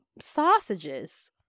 sausages